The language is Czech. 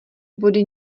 body